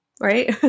right